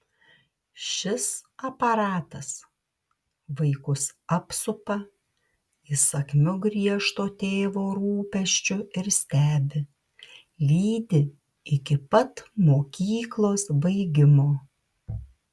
šis aparatas vaikus apsupa įsakmiu griežto tėvo rūpesčiu ir stebi lydi iki pat mokyklos baigimo